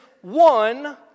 one